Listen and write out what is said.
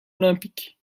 olympique